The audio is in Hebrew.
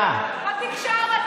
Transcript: כשהייתי בתקשורת,